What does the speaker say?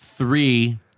Three